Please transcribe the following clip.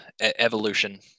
evolution